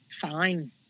Fine